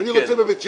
אני רוצה בבית שמש.